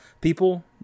people